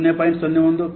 65 VAF TDI 0